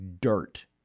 dirt